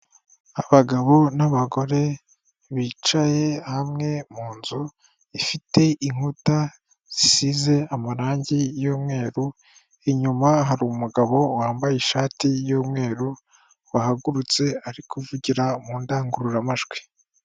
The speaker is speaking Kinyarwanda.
Abagabo n'abagore bicaye hamwe mu nzu ifite inkuta zisize amarangi y'umweru, inyuma hari umugabo wambaye ishati y'umweru wahagurutse ari kuvugira mu ndangururamajwi.